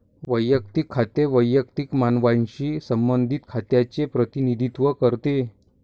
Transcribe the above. वैयक्तिक खाते वैयक्तिक मानवांशी संबंधित खात्यांचे प्रतिनिधित्व करते